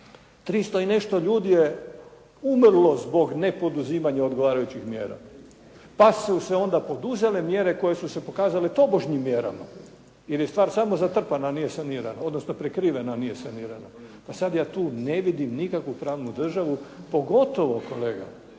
300 i nešto ljudi je umrlo zbog nepoduzimanja odgovarajućih mjera, pa su se onda poduzele mjere koje su se pokazale tobožnjim mjerama, jer je stvar samo zatrpana nije sanirana, odnosno prekrivena a nije sanirana. Pa sada ja tu ne vidim nikakvu pravnu državu pogotovo kolega